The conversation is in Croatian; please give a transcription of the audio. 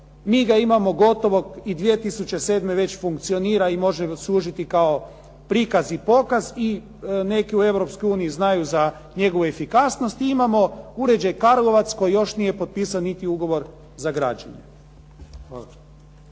Mi ga imamo gotovog i 2007. već funkcionira i može služiti kao prikaz i pokaz i neki u Europskoj uniji znaju za njegovu efikasnost. I imamo uređaj Karlovac koji još nije potpisan, niti ugovor za građenje.